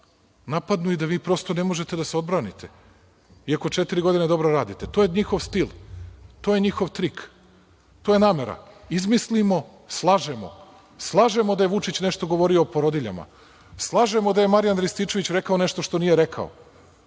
napadnu i da vi prosto ne možete da se odbranite, iako četiri godine dobro radite. To je njihov stil. To je njihov trik. To je namera – izmislimo, slažemo, slažemo da je Vučić nešto govorio o porodiljama. Slažemo da je Marijan Rističević rekao nešto što nije rekao.